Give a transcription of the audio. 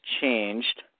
changed